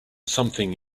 something